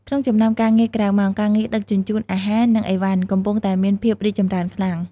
ក្នុងចំណោមការងារក្រៅម៉ោង ការងារដឹកជញ្ជូនអាហារ និងអីវ៉ាន់ កំពុងតែមានភាពរីកចម្រើនខ្លាំង។